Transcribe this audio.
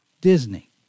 Disney